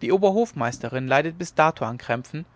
die oberhofmeisterin leidet bis dato an krämpfen